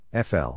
FL